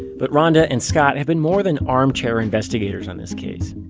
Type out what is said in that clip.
but ronda and scott have been more than armchair investigators on this case.